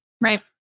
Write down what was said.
Right